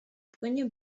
płynie